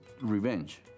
revenge